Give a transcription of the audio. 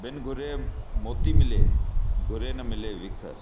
बिन घुरे मोती मिले घुरे न मिले विख